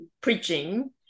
preaching